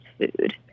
food